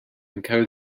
encode